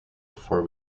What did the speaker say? before